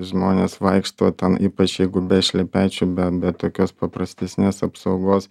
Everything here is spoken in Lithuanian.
žmonės vaikšto ten ypač jeigu be šlepečių bent be tokios paprastesnės apsaugos